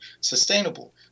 sustainable